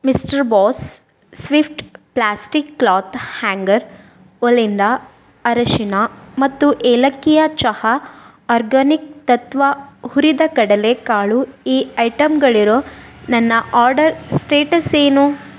mister boss swift plastic cloth hanger ಒಲಿಂಡಾ ಅರಿಶಿನ ಮತ್ತು ಏಲಕ್ಕಿಯ ಚಹಾ ಆರ್ಗ್ಯಾನಿಕ್ ತತ್ವ ಹುರಿದ ಕಡಲೆ ಕಾಳು ಈ ಐಟಮ್ಗಳಿರೋ ನನ್ನ ಆರ್ಡರ್ ಸ್ಟೇಟಸ್ ಏನು